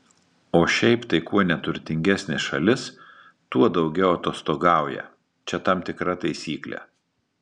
o šiaip tai kuo neturtingesnė šalis tuo daugiau atostogauja čia tam tikra taisyklė